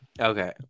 okay